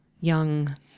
young